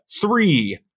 three